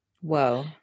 Whoa